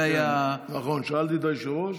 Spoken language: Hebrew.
נכון, שאלתי את היושב-ראש.